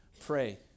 Pray